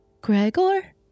Gregor